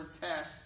tests